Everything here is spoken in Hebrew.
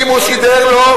אם הוא סידר לו,